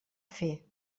fer